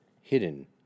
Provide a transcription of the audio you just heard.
hidden